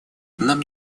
нам